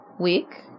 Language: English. Week